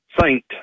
saint